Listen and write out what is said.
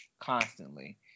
constantly